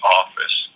office